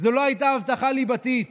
זו לא הייתה הבטחה ליבתית.